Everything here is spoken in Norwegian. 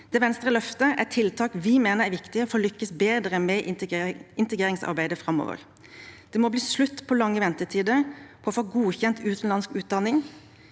Det Venstre løfter fram, er tiltak vi mener er viktige for å lykkes bedre med integreringsarbeidet framover. Det må bli slutt på lange ventetider for å få godkjent utenlandsk utdanning.